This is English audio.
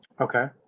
Okay